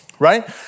Right